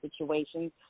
situations